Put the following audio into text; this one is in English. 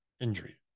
injury